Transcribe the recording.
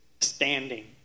standing